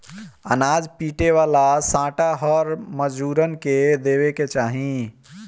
अनाज पीटे वाला सांटा हर मजूरन के देवे के चाही